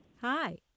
Hi